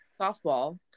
softball